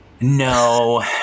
no